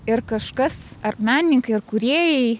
ir kažkas ar menininkai ar kūrėjai